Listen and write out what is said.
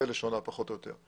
שזה לשונה פחות או יותר.